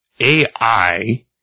AI